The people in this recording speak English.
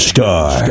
Star